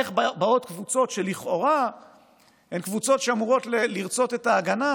איך באות קבוצות שלכאורה אמורות לרצות את ההגנה